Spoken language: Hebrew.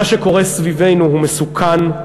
מה שקורה סביבנו הוא מסוכן.